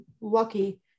lucky